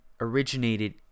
originated